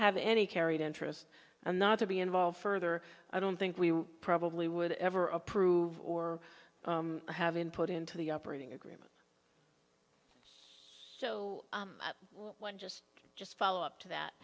have any carried interest and not to be involved further i don't think we probably would ever approve or have input into the operating agreement so one just just follow up to